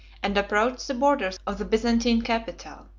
and approached the borders of the byzantine capital.